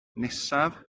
nesaf